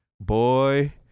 Boy